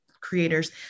creators